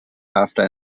after